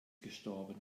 gestorben